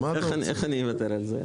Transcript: איך אני אוותר על זה?